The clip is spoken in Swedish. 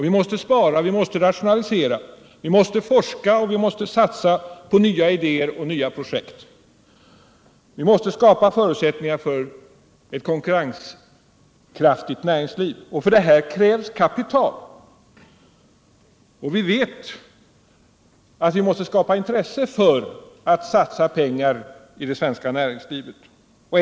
Vi måste spara och rationalisera. Vi måste forska och satsa på nya idéer och projekt. Vi måste skapa förutsättningar för ett konkurrenskraftigt näringsliv, och till detta krävs kapital. Vi måste alltså skapa intresse för att satsa pengar i det svenska näringslivet.